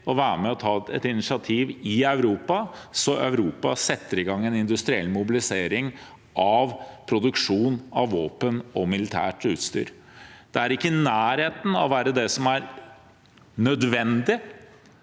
å være med og ta et initiativ i Europa, sånn at Europa setter i gang en industriell mobilisering av produksjon av våpen og militært utstyr. Det er ikke i nærheten av å være det som er nødvendig